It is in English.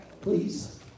please